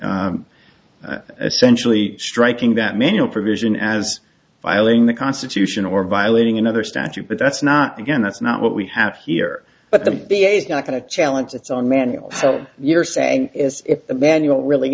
essentially striking that manual provision as violating the constitution or violating another statute but that's not again that's not what we have here but the v a is not going to challenge its own manual so you're saying is if the manual really